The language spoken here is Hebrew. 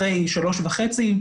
אחרי שלוש וחצי שנים,